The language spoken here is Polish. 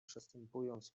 przestępując